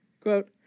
quote